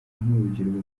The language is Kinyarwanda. nk’urubyiruko